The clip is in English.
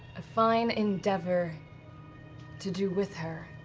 a fine endeavor to do with her,